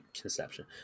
conception